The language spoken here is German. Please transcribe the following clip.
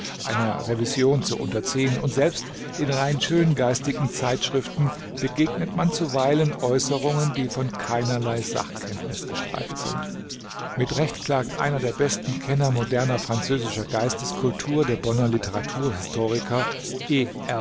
einer revision zu unterziehen und selbst in rein schöngeistigen zeitschriften begegnet man zuweilen äußerungen die von keinerlei sachkenntnis gestreift sind mit recht klagt einer der besten kenner moderner französischer geisteskultur der bonner